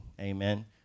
Amen